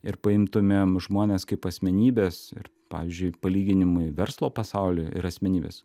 ir paimtumėm žmones kaip asmenybes ir pavyzdžiui palyginimui verslo pasaulį ir asmenybes